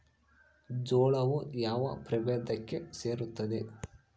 ಜೋಳವು ಯಾವ ಪ್ರಭೇದಕ್ಕೆ ಸೇರುತ್ತದೆ?